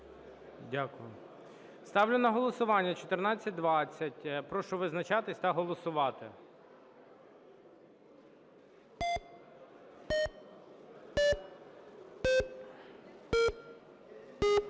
Ставлю на голосування 1421. Прошу визначатись та голосувати.